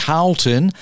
Carlton